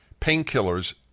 painkillers